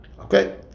Okay